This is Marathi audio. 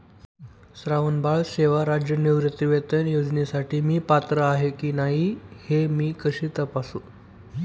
श्रावणबाळ सेवा राज्य निवृत्तीवेतन योजनेसाठी मी पात्र आहे की नाही हे मी कसे तपासू?